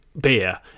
beer